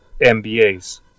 mbas